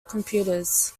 computers